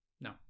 No